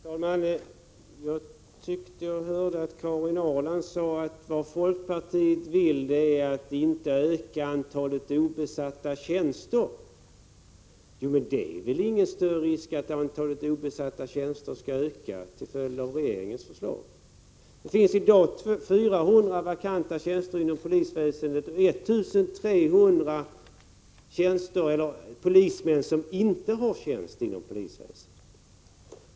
Herr talman! Jag tyckte jag hörde Karin Ahrland säga: Vad folkpartiet vill är att inte öka antalet obesatta tjänster. Det är väl ingen risk att antalet obesatta tjänster skall öka till följd av regeringens förslag. Det finns i dag 400 vakanta tjänster inom polisväsendet och 1 300 polismän som inte har tjänst inom polisväsendet.